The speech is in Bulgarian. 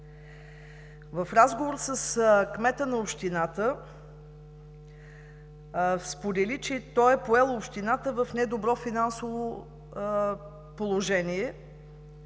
В разговор с кмета на общината той сподели, че е поел общината в недобро финансово положение.